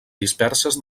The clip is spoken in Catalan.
disperses